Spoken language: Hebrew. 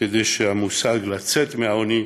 כדי שהמושג "לצאת מהעוני"